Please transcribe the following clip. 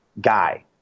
guy